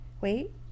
Wait